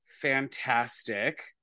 fantastic